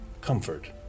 comfort